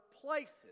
places